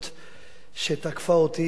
שתקפה אותי על לא עוול בכפי.